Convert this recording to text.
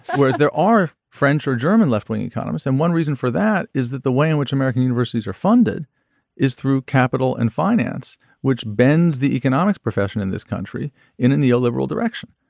whereas there are french or german left wing economists and one reason for that is that the way in which american universities are funded is through capital and finance which bends the economics profession in this country in a neo liberal direction.